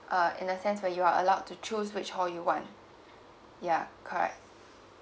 uh in a sense where you are allowed to choose which hall you one yeah correct